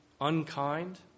unkind